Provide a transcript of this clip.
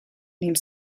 named